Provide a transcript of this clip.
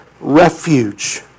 refuge